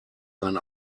sein